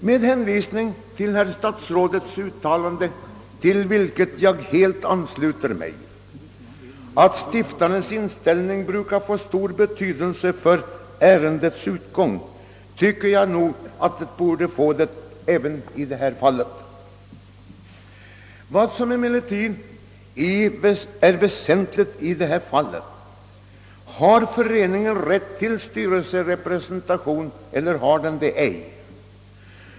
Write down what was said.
Med hänsyn till herr statsrådets uttalande — till vilket jag helt ansluter mig — att stiftarens inställning brukar få stor betydelse för ärendets utgång, tycker jag att den borde få det även i detta fall. Vad som är väsentligt härvidlag är frågan, huruvida föreningen har rätt till styrelserepresentation eller ej.